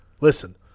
Listen